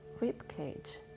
ribcage